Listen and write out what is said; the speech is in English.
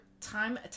Time